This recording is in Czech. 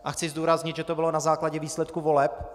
A chci zdůraznit, že to bylo na základě výsledků voleb.